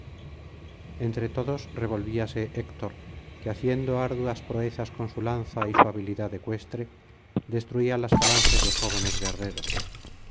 entre todos revolvíase héctor que haciendo arduas proezas con su lanza y su habilidad ecuestre destruíalas falanges de jóvenes guerreros